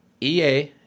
ea